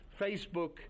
Facebook